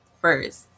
first